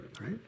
right